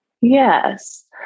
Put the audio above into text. Yes